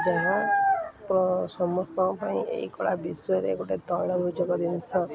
ଯାହା ସମସ୍ତଙ୍କ ପାଇଁ ଏଇ କଳା ବିଶ୍ୱରେ ଗୋଟେ ତୈଳ ରୋଚକ ଜିନିଷ